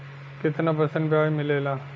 कितना परसेंट ब्याज मिलेला?